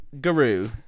Guru